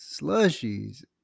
slushies